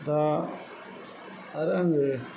दा आरो आङो